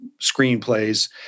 screenplays